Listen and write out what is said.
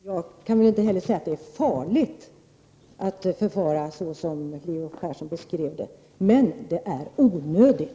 Fru talman! Inte heller jag vill säga att det är farligt att förfara på det sätt Leo Persson beskrev, men däremot är det onödigt.